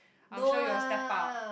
I'm sure you will step up